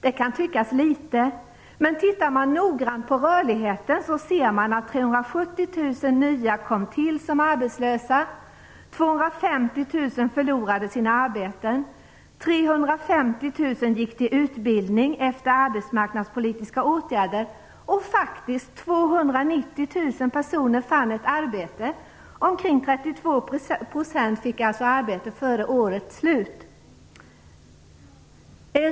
Det kan tyckas litet, men tittar man noga på rörligheten så ser man att Och faktiskt - 290 000 personer fann ett arbete! Omkring 32 % fick alltså ett arbete före årets slut.